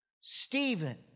Stephen